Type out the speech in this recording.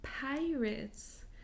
pirates